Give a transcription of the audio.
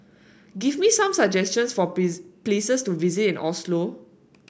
give me some suggestions for places to visit in Oslo